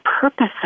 purpose